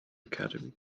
academy